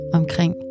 omkring